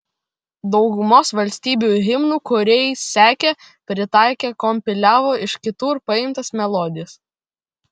daugumos valstybių himnų kūrėjai sekė pritaikė kompiliavo iš kitur paimtas melodijas